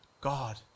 God